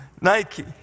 Nike